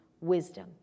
wisdom